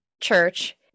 church